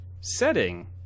setting